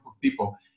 people